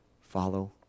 Follow